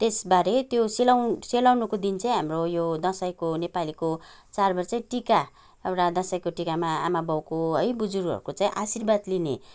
त्यसबारे त्यो सेलाउ सेलाउनुको दिन चाहिँ हाम्रो यो दसैँको नेपालीको चाड बाड चाहिँ टिका एउटा दसैँको टिकामा आमा बाउको है बुजुर्गहरूको चाहिँ आशीर्वाद लिने